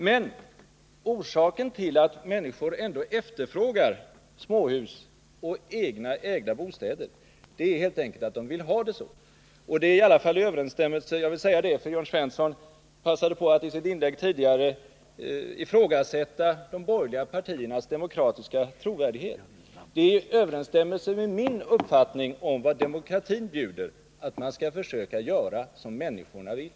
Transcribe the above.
Men orsaken till att människor efterfrågar småhus och ägda bostäder är helt enkelt att de vill ha de så. Det är i överensstämmelse med min uppfattning om vad demokratin bjuder — jag vill säga det, eftersom Jörn Svensson passade på att i sitt tidigare inlägg ifrågasätta de borgerliga partiernas demokratiska trovärdighet — att man skall försöka göra som människorna vill.